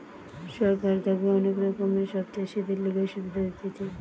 সরকার থাকে অনেক রকমের সব চাষীদের লিগে সুবিধা দিতেছে